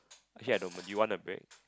actually I don't mind do you want a break